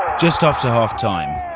just after half time,